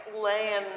laying